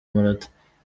morata